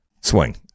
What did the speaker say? swing